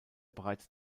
bereits